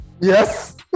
Yes